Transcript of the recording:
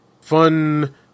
fun